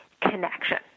connection